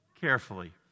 carefully